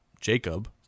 Jacob